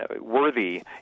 worthy